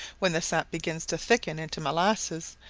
when the sap begins to thicken into molasses,